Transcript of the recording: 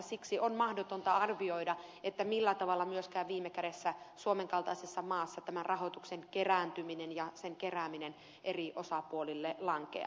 siksi on mahdotonta arvioida millä tavalla myöskään viime kädessä suomen kaltaisessa maassa tämän rahoituksen kerääntyminen ja sen kerääminen eri osapuolille lankeaa